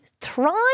thrive